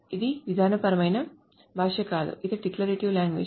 ఇది విధానపరమైన భాష కాదు ఇది డిక్లరేటివ్ లాంగ్వేజ్